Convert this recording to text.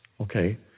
Okay